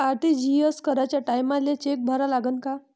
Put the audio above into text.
RTGS कराच्या टायमाले cheque भरा लागन का?